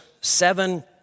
seven